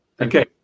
Okay